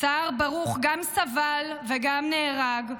סהר ברוך גם סבל וגם נהרג,